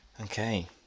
Okay